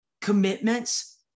commitments